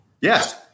Yes